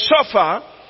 suffer